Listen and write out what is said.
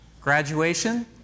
Graduation